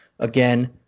Again